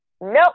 Nope